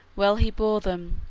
well he bore them,